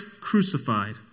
crucified